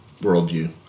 worldview